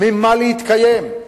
ממה להתקיים,